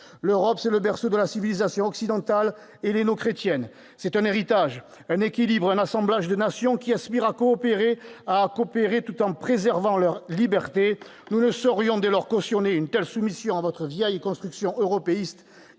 L'Europe, c'est le berceau de la civilisation occidentale, helléno-chrétienne. C'est un héritage, un équilibre, un assemblage de nations qui aspirent à coopérer, tout en préservant leur liberté. Nous ne saurions dès lors cautionner une telle soumission à la vieille construction européiste,